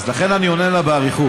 לכן אני עונה לה באריכות.